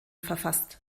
verfasst